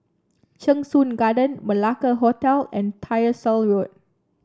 Cheng Soon Garden Malacca Hotel and Tyersall Road